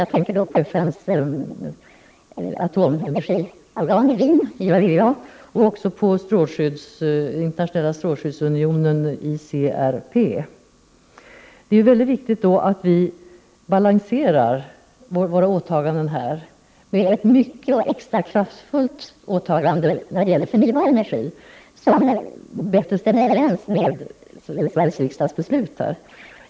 Jag tänker då på FN:s atomenergiorgan i Wien, IAEA, och också på internationella strålskyddsunionen, ICRP. Det är mycket viktigt att vi balanserar våra åtaganden där med ett stort och extra kraftfullt åtagande när det gäller förnybar energi, vilket bättre stämmer överens med Sveriges riksdags beslut.